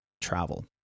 travel